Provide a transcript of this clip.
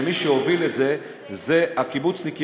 שמי שהוביל את זה הם הקיבוצניקים.